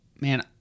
man